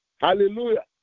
Hallelujah